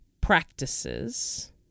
practices